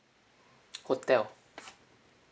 hotel